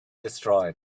destroyed